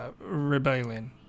rebellion